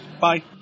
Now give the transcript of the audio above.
Bye